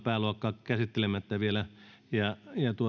pääluokka käsittelemättä vielä ja